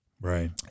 Right